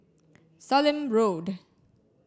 Sallim Road